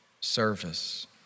service